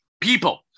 people